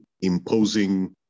imposing